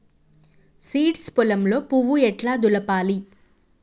Seeds పొలంలో పువ్వు ఎట్లా దులపాలి?